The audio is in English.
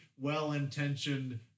well-intentioned